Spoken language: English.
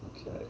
Okay